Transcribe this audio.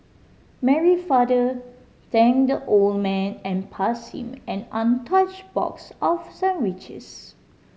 Mary father thanked the old man and passed him an untouched box of sandwiches